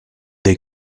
they